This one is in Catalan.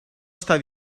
estar